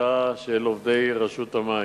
השביתה של עובדי רשות המים.